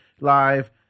live